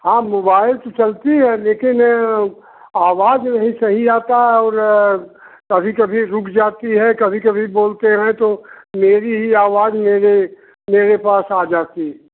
हाँ मोबाइल तो चलता है लेकिन आवाज़ नहीं सही आती और कभी कभी रुक जाती है कभी कभी बोलते हैं तो मेरी ही आवाज़ मेरे मेरे पास आ जाती है